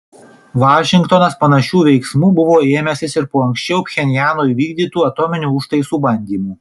vašingtonas panašių veiksmų buvo ėmęsis ir po anksčiau pchenjano įvykdytų atominių užtaisų bandymų